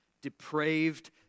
depraved